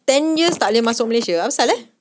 ten years tak boleh masuk malaysia apasal eh